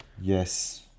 Yes